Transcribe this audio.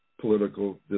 political